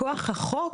מכוח החוק,